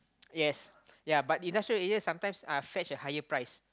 yes ya but industrial area sometimes uh fetch a higher price